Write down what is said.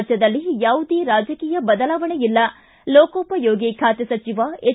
ರಾಜ್ಯದಲ್ಲಿ ಯಾವುದೇ ರಾಜಕೀಯ ಬದಲಾವಣೆಯಿಲ್ಲ ಲೋಕೋಪಯೋಗಿ ಖಾತೆ ಸಚಿವ ಎಚ್